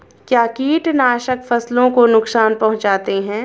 क्या कीटनाशक फसलों को नुकसान पहुँचाते हैं?